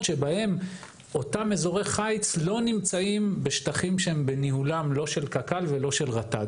שבהם אותם אזורי חיץ בשטחים שהם בניהול קק"ל או רט"ג.